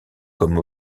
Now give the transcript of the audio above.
comme